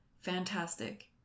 Fantastic